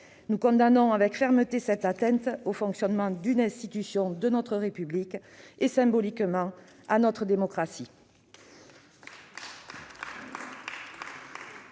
Nous condamnons avec fermeté cette atteinte au fonctionnement d'une institution de notre République et, symboliquement, à notre démocratie.